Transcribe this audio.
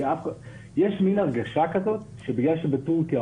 יש מין הרגשה כזאת שבגלל שטורקיה,